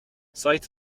c’est